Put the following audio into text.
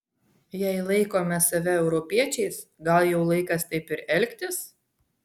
jei laikome save europiečiais gal jau laikas taip ir elgtis